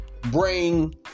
bring